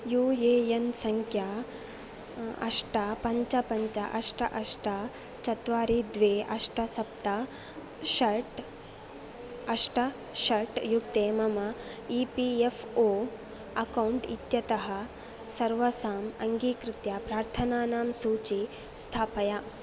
you A N सङ्ख्या अष्ट पञ्च पञ्च अष्ट अष्ट चत्वारि द्वे अष्ट सप्त षट् अष्ट षट् युक्ते मम E P F O account इत्यतः सर्वासां अङ्गीकृत्य प्रार्थनानां सूची स्थापय